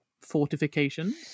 fortifications